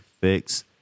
fix